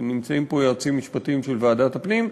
נמצאים פה יועצים משפטיים של ועדת הפנים,